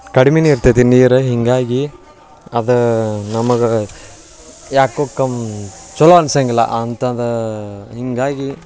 ಕಡ್ಮೆನೆ ಇರ್ತೈತೆ ನೀರು ಹೀಗಾಗಿ ಅದು ನಮಗೆ ಯಾಕೋ ಕಮ್ ಚಲೋ ಆನಿಸಂಗಿಲ್ಲ ಅಂಥದ್ದು ಹೀಗಾಗಿ